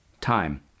time